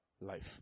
life